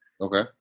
Okay